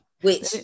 Which-